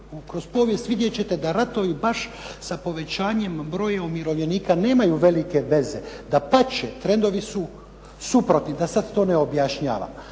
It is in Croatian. kroz povijest vidjet ćete da ratovi baš sa povećanjem broja umirovljenika nemaju velike veze. Dapače, trendovi su suprotni. Da sad to ne objašnjavam.